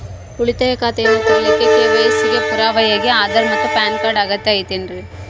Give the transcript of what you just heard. ಉಳಿತಾಯ ಖಾತೆಯನ್ನ ತೆರಿಲಿಕ್ಕೆ ಕೆ.ವೈ.ಸಿ ಗೆ ಪುರಾವೆಯಾಗಿ ಆಧಾರ್ ಮತ್ತು ಪ್ಯಾನ್ ಕಾರ್ಡ್ ಅಗತ್ಯ ಐತೇನ್ರಿ?